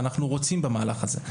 ואנחנו רוצים במהלך הזה.